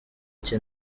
cye